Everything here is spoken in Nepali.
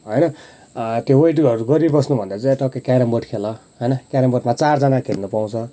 होइन त्यो वेटहरू गरिबस्नुभन्दा चाहिँ टक्कै क्यारम बोर्ड खेल होइन क्यारम बोर्डमा चारजना खेल्नु पाउँछ